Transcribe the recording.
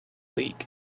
league